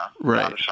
Right